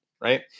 Right